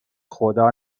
خدا